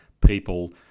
people